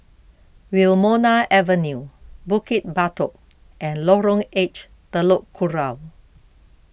Wilmonar Avenue Bukit Batok and Lorong H Telok Kurau